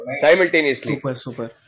simultaneously